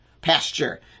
pasture